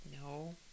No